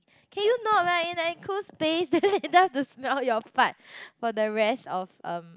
can you not like in an enclosed space then I don't have to smell your fart for the rest of um